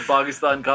Pakistan